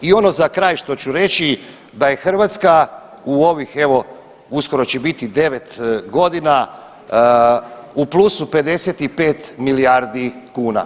I ono za kraj što ću reći da je Hrvatska u ovih evo uskoro će biti 9 godina u plusu 55 milijardi kuna.